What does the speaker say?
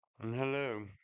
hello